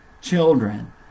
children